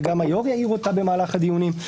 וגם היום נאיר אותה במהלך הדיונים,